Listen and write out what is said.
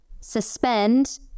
suspend